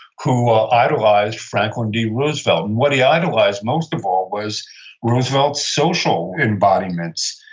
who ah idolized franklin d. roosevelt. and what he idolized most of all was roosevelt's social embodiments.